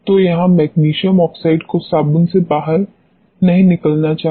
तो यहां magnesium oxide को साबुन से बाहर नहीं निकलना चाहिए